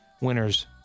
winners